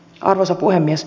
arvoisa puhemies